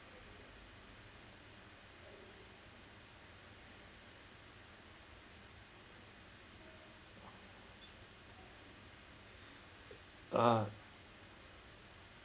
uh